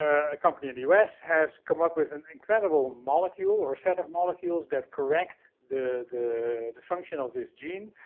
a company in the u s, has come up with an incredible molecule, or set of molecules, that correct the the function of this gene.